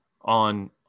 on